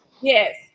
Yes